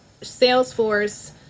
Salesforce